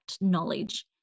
knowledge